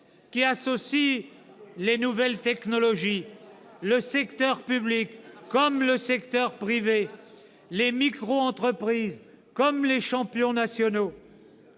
qui associent les nouvelles technologies, le secteur public comme le secteur privé, les micro-entreprises comme les champions nationaux.